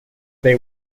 they